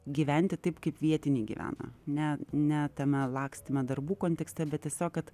gyventi taip kaip vietiniai gyvena ne ne tame lakstyme darbų kontekste bet tiesiog kad